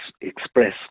express